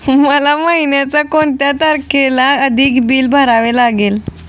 मला महिन्याचा कोणत्या तारखेच्या आधी बिल भरावे लागेल?